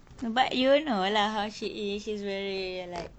no but you know lah how she is she's very like